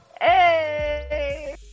Hey